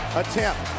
attempt